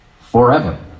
forever